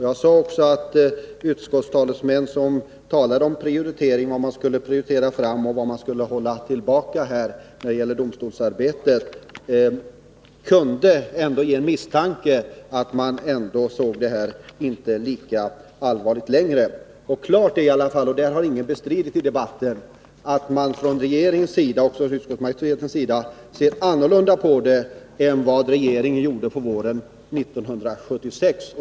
Jag sade också att utskottstalesmännens uttalanden om vad man skall prioritera och vad man skall hålla tillbaka i domstolsarbetet ändå kunde ge upphov till misstanken att man inte längre ser lika allvarligt på rattonykterhet. Klart är i alla fall — det har ingen bestritt i debatten — att regeringen och utskottsmajoriteten ser annorlunda på denna fråga än vad regeringen gjorde våren 1976.